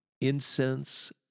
Incense